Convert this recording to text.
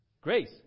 Grace